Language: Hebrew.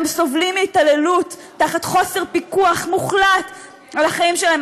הם סובלים מהתעללות בחוסר פיקוח מוחלט על החיים שלהם,